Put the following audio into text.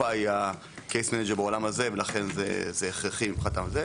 לכן זה הכרחי מבחינת הקופה.